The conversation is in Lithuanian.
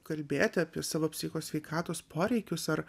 kalbėti apie savo psicho sveikatos poreikius ar